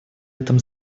этом